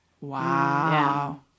Wow